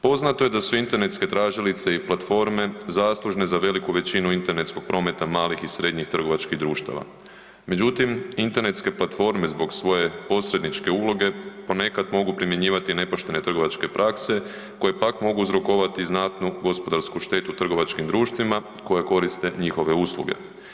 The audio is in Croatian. Poznato je da su internetske tražilice i platforme zaslužne za veliku većinu internetskog prometa malih i srednjih trgovačkih društava međutim internetske platforme zbog svoje posredničke uloge ponekad mogu primjenjivati nepoštene trgovačke prakse koje pak mogu uzrokovati znatnu gospodarsku štetu trgovačkim društvima koje koriste njihove usluge.